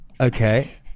Okay